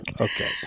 Okay